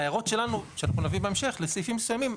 ההערות שלנו שאנחנו נביא בהמשך לסעיפים מסוימים,